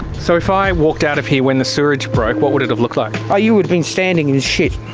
so if i walked out of here when the sewerage broke, what would it have looked like? oh, you would've been standing in shit.